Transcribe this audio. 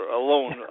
alone